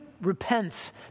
repents